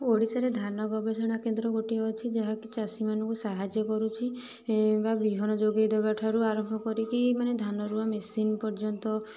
ଓଡ଼ିଶାରେ ଧାନ ଗବେଷଣା କେନ୍ଦ୍ର ଗୋଟିଏ ଅଛି ଯାହାକି ଚାଷୀମାନଙ୍କୁ ସାହାଯ୍ୟ କରୁଛି ବା ବିହନ ଯୋଗେଇ ଦେବାଠାରୁ ଆରମ୍ଭ କରିକି ମାନେ ଧାନରୁଆ ମେସିନ୍ ପର୍ଯ୍ୟନ୍ତ